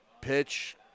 pitch